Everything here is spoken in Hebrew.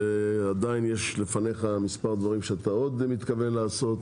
ויש לפניך עוד מספר דברים שאתה מתכוון לעשות.